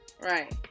right